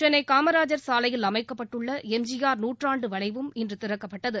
சென்னை காமராஜர் சாலையில் அமைக்கப்பட்டுள்ள எம்ஜிஆர் நூற்றாண்டு வளைவும் இன்று திறக்கப்பட்டது